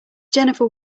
jennifer